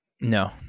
no